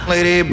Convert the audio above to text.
Lady